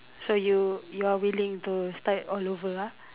so you you're willing to start all over ah